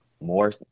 more